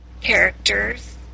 characters